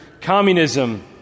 communism